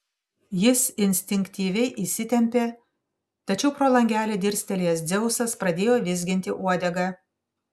jis instinktyviai įsitempė tačiau pro langelį dirstelėjęs dzeusas pradėjo vizginti uodegą